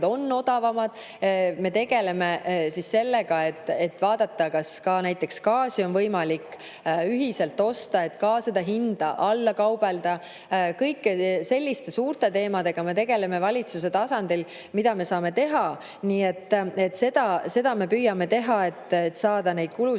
on odavamad.Me tegeleme sellega, et vaadata, kas ka gaasi on võimalik ühiselt osta, et sedagi hinda alla kaubelda. Kõikide selliste suurte teemadega me tegeleme valitsuse tasandil, seda me saame teha. Nii et seda me püüame teha, et saada neid kulusid